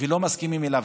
ולא מסכימים אליו.